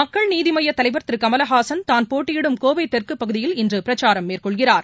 மக்கள் நீதிமய்யதலைவர் திருகமலஹாசன் தான் போட்டயிடும் கோவைதெற்குபகுதியில் இன்றுபிரச்சாரம் மேற்கொள்கிறார்